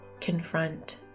confront